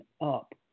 up